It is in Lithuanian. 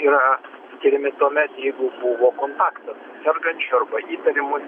yra skiriami tuomet jeigu buvo kontaktas sergančio arba įtariamojo